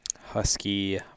Husky